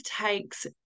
takes